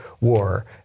war